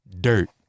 Dirt